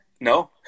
No